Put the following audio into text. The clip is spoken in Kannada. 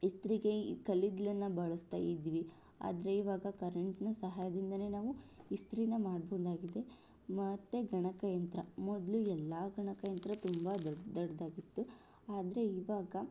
ಇಸ್ತ್ರಿಗೆ ಕಲ್ಲಿದ್ದಲನ್ನ ಬಳಸ್ತಾ ಇದ್ವಿ ಆದರೆ ಇವಾಗ ಕರೆಂಟ್ನ ಸಹಾಯದಿಂದಲೇ ನಾವು ಇಸ್ತ್ರಿನ ಮಾಡಬಹುದಾಗಿದೆ ಮತ್ತು ಗಣಕಯಂತ್ರ ಮೊದಲು ಎಲ್ಲ ಗಣಕಯಂತ್ರ ತುಂಬ ದೊಡ್ ದೊಡ್ಡದಾಗಿತ್ತು ಆದರೆ ಇವಾಗ